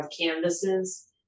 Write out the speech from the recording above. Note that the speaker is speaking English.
canvases